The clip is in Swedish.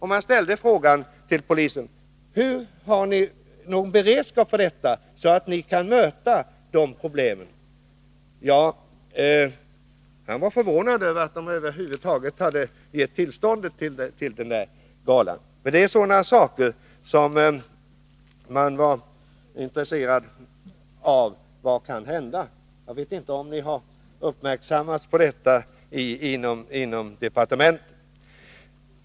Man frågade polisen: Har ni någon beredskap för detta, så att ni kan lösa de problem som uppstår? Man var förvånad över att det över huvud taget hade getts tillstånd till denna rockgala. Det var sådana saker man var intresserad av. Vad kan hända? Jag vet inte om ni har uppmärksammat detta inom departementet?